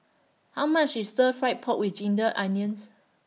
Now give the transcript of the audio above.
How much IS Stir Fried Pork with Ginger Onions